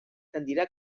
tendirà